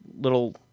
little